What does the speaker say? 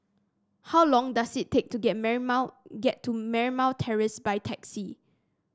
how long does it take to get Marymount get to Marymount Terrace by taxi